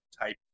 type